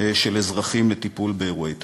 של אזרחים לטיפול באירועי טרור.